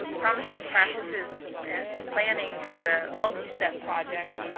promising practices planning is a multi-step project.